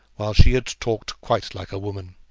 while she had talked quite like a woman.